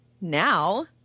now